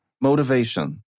motivation